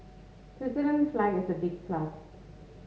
Switzerland's flag is a big plus